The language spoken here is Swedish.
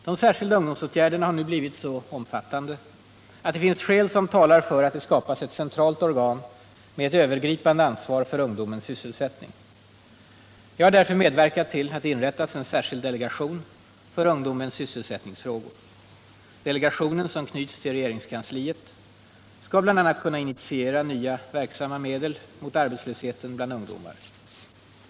De särskilda ungdomsåtgärderna har nu blivit så omfattande att det finns skäl som talar för att det skapas ett centralt organ med ett övergripande ansvar för ungdomens sysselsättning. Jag har därför medverkat till att det inrättas en särskild delegation för ungdomens sysselsättningsfrågor. Delegationen, som knyts till regeringskansliet, skall bl.a. kunna initiera nya verksamma medel mot arbetslösheten bland ungdomar.